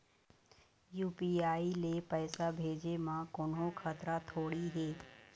UPI ले पैसे भेजे म कोन्हो खतरा थोड़ी हे?